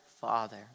Father